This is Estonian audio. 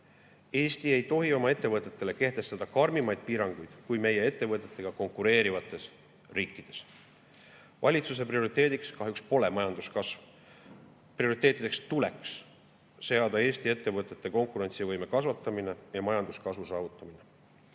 Eesti ei tohi oma ettevõtetele kehtestada karmimaid piiranguid kui meie ettevõttetega konkureerivates riikides. Valitsuse prioriteediks kahjuks pole majanduskasv. Prioriteetideks tuleks seada Eesti ettevõtete konkurentsivõime kasvatamine ja majanduskasvu saavutamine.